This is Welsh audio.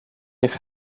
eich